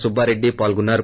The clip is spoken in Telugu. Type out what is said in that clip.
సుబ్బారెడ్డి పాల్గొన్నారు